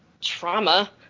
trauma